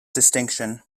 distinction